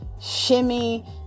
shimmy